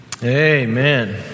Amen